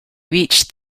reached